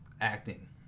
acting